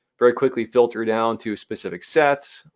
very quickly filter down to specific sets.